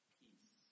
peace